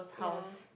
ya